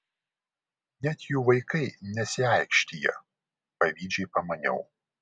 net jų vaikai nesiaikštija pavydžiai pamaniau